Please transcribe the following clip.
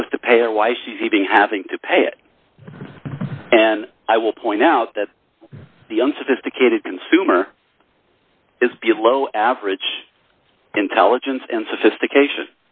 supposed to pay or why she's even having to pay it and i will point out that the unsophisticated consumer is below average intelligence and sophistication